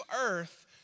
earth